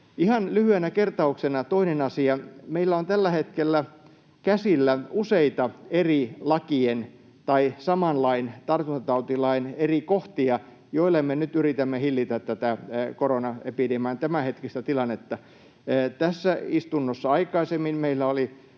lyhyenä kertauksena toinen asia: Meillä on tällä hetkellä käsillä useita saman lain, tartuntatautilain, eri kohtia, joilla me nyt yritämme hillitä tätä koronaepidemian tämänhetkistä tilannetta. Tässä istunnossa aikaisemmin meillä oli